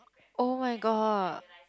[oh]-my-god